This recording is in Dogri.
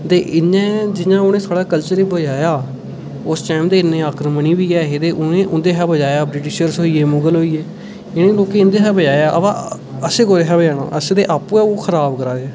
ते इ'यां गै जि'यां हून कल्चर ई बचाया ओस टैम ते इन्नें आक्रमणी बी ऐ हे उं'दें शा बचाया ब्रिटिश होई ए मुगल होई ए इ'नें लोकें इं'दें शा बचाया अवां असें कोह्दे शां बचानां असें ते आपूं गै खराब करा दे